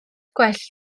gwell